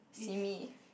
simi